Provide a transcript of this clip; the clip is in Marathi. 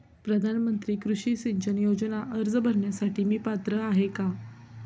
प्रधानमंत्री कृषी सिंचन योजना अर्ज भरण्यासाठी मी पात्र आहे का?